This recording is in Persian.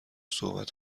صحبت